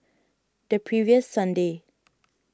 the previous Sunday